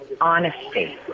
honesty